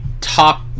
top